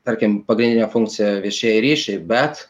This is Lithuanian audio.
tarkim pagrindinė funkcija viešieji ryšiai bet